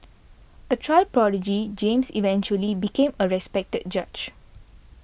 a child prodigy James eventually became a respected judge